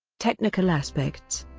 technical aspects